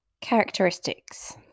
Characteristics